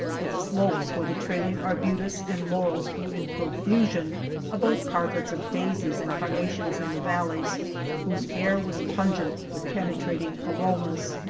with slopes where the trailing arbutus and laurels grew in profusion above carpets of daisies and carnations in the valleys whose air was pungent with penetrating aromas.